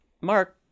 Mark